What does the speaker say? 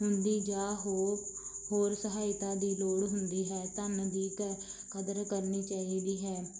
ਹੁੰਦੀ ਜਾਂ ਹੋ ਹੋਰ ਸਹਾਇਤਾ ਦੀ ਲੋੜ ਹੁੰਦੀ ਹੈ ਧਨ ਦੀ ਕੈ ਕਦਰ ਕਰਨੀ ਚਾਹੀਦੀ ਹੈ